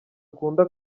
akunda